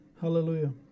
Hallelujah